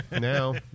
now